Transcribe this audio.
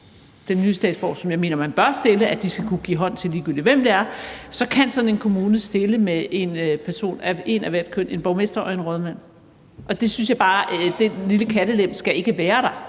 de nye statsborgere, som jeg mener man bør stille, nemlig at de skal kunne give hånd til alle, ligegyldigt hvem det er, stille med en af hvert køn, nemlig en borgmester og en rådmand. Jeg synes bare, at den lille kattelem ikke skal være der.